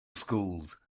schools